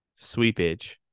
sweepage